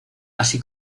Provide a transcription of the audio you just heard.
así